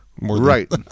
Right